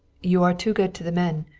you are too good to the men.